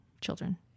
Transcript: children